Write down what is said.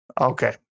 Okay